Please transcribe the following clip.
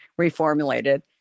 reformulated